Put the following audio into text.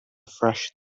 fresh